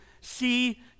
see